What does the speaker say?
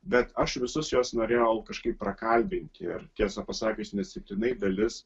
bet aš visus juos norėjau kažkaip prakalbinti ir tiesa pasakius neatsitiktinai dalis